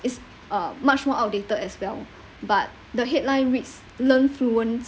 it's uh much more outdated as well but the headline reads learn fluents